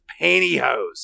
pantyhose